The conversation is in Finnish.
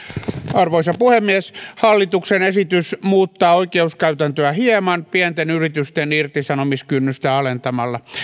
arvoisa puhemies hallituksen esitys muuttaa oikeuskäytäntöä hieman pienten yritysten irtisanomiskynnystä alentamalla